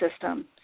system